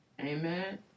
amen